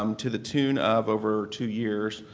um to the tune of, over two years,